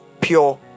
pure